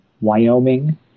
Wyoming